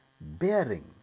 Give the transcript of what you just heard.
bearing